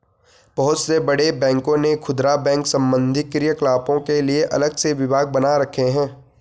बहुत से बड़े बैंकों ने खुदरा बैंक संबंधी क्रियाकलापों के लिए अलग से विभाग बना रखे हैं